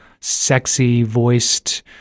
sexy-voiced